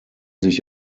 sich